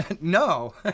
No